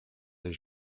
des